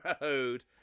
Road